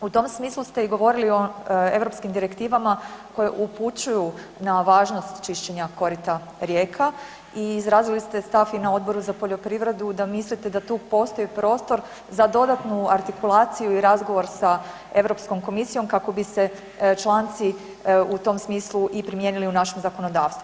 U tom smislu ste i govorili o europskim direktivama koje upućuju na važnost čišćenja korita rijeka i izrazili ste stav i na Odboru za poljoprivredu da mislite da tu postoji prostor za dodatnu artikulaciju i razgovor sa Europskom komisijom kako bi se članci u tom smislu i primijenili u našem zakonodavstvu.